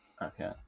Okay